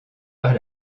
par